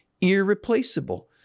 irreplaceable